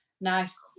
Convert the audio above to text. nice